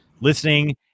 listening